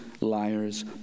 liars